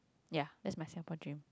ya that's my Singapore dream